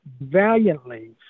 valiantly